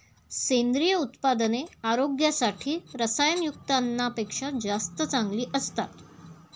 सेंद्रिय उत्पादने आरोग्यासाठी रसायनयुक्त अन्नापेक्षा जास्त चांगली असतात